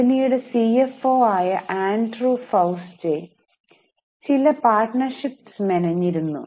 കമ്പനിയുടെ C F O ആയ Andrew Fastow ചില പാർട്ണർഷിപ് മെനഞ്ഞിരുന്നു